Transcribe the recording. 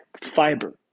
fiber